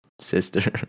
sister